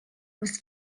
was